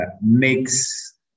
makes